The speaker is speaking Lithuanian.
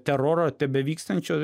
teroro tebevykstančio